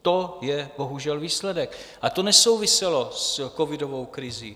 To je bohužel výsledek a to nesouviselo s covidovou krizí.